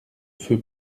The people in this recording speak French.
feu